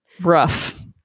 Rough